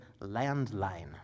landline